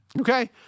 Okay